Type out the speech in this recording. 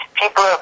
people